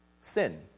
Sin